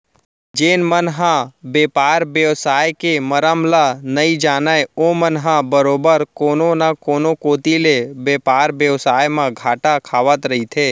जेन मन ह बेपार बेवसाय के मरम ल नइ जानय ओमन ह बरोबर कोनो न कोनो कोती ले बेपार बेवसाय म घाटा खावत रहिथे